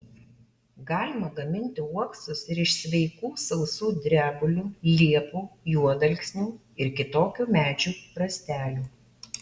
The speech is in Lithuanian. galima gaminti uoksus ir iš sveikų sausų drebulių liepų juodalksnių ir kitokių medžių rąstelių